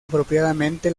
apropiadamente